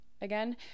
again